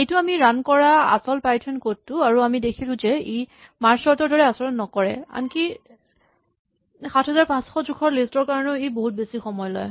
এইটো আমি ৰান কৰা আচল পাইথন ক'ড টো আৰু আমি দেখিলো যে ই মাৰ্জ চৰ্ট ৰ দৰে আচৰণ নকৰে আনকি ৭৫০০ জোখৰ লিষ্ট ৰ কাৰণেও ই বহুত বেছি সময় লয়